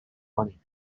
money